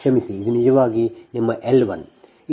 ಕ್ಷಮಿಸಿ ಇದು ನಿಜವಾಗಿ ನಿಮ್ಮ L 1